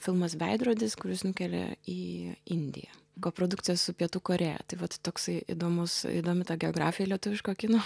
filmas veidrodis kuris nukelia į indiją koprodukcija su pietų korėja tai vat toksai įdomus įdomi ta geografija lietuviško kino